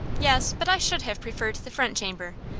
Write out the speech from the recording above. yes but i should have preferred the front chamber.